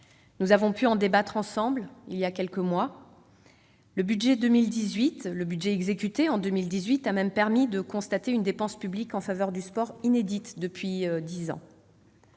Nous avons pu en débattre ensemble il y a quelques mois. Le budget exécuté en 2018 a permis de constater une dépense publique en faveur du sport inédite depuis dix ans.